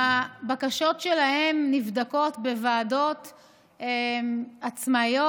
הבקשות שלהם נבדקות בוועדות עצמאיות.